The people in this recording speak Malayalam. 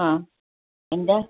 ആ എന്താണ്